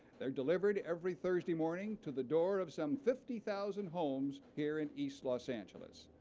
they're delivered every thursday morning to the door of some fifty thousand homes here in east los angeles.